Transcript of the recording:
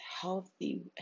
healthy